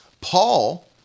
Paul